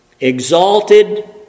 exalted